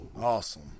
Awesome